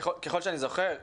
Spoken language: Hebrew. ככל שאני זוכר,